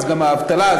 גם האבטלה,